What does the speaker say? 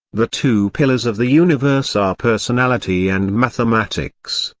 the two pillars of the universe are personality and mathematics,